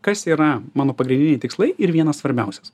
kas yra mano pagrindiniai tikslai ir vienas svarbiausias